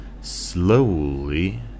slowly